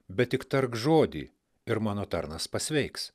bet tik tark žodį ir mano tarnas pasveiks